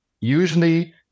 usually